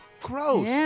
Gross